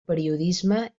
periodisme